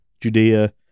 Judea